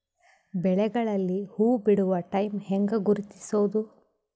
ಬೆಳೆಗಳಲ್ಲಿ ಹೂಬಿಡುವ ಟೈಮ್ ಹೆಂಗ ಗುರುತಿಸೋದ?